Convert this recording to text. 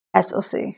soc